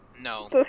No